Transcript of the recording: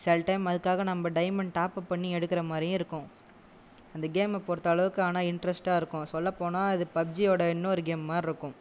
சில டைம் அதுக்காக நம்ம டைமண்ட் டாப்அப் பண்ணி எடுக்கிற மாதிரியும் இருக்கும் அந்த கேமை பொறுத்த அளவுக்கு ஆனால் இன்ட்ரஸ்ட்டாக இருக்கும் சொல்லப்போனால் அது பப்ஜியோட இன்னொரு கேம் மாதிரி இருக்கும்